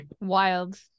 Wild